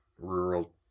rural